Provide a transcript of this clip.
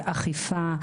אכיפה,